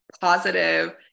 positive